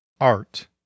Art